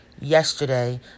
yesterday